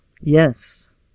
Yes